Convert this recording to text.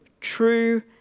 true